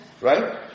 Right